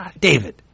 David